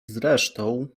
zresztą